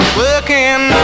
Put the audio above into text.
working